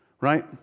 right